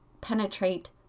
penetrate